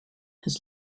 has